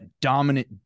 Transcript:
dominant